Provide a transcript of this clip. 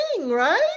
right